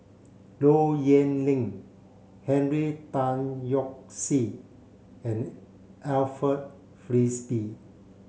Low Yen Ling Henry Tan Yoke See and Alfred Frisby